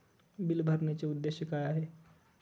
Bill भरण्याचे उद्देश काय?